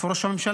איפה ראש הממשלה?